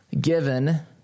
given